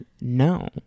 no